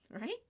Right